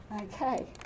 Okay